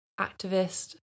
activist